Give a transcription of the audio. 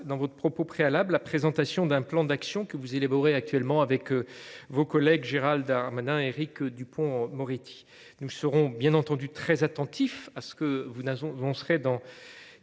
de votre intervention liminaire, la présentation d’un plan d’action, que vous élaborez actuellement avec vos collègues Gérald Darmanin et Éric Dupond Moretti. Nous serons bien entendu très attentifs à ce que vous nous annoncerez dans